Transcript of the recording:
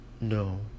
No